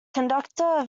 conductor